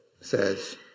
says